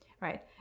right